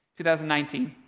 2019